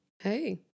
Hey